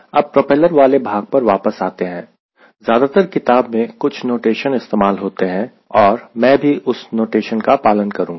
अब प्रोपेलर वाले भाग पर वापस आते हैं ज्यादातर किताब में कुछ नोटेशन इस्तेमाल होते हैं और मैं भी और उस नोटेशन का पालन करूंगा